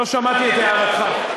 לא שמעתי את הערתך.